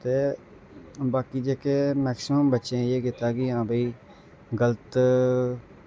ते बाकी जेह्के मैकसिमम बच्चें एह् कीता हां भाई गलत